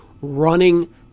running